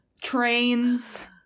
trains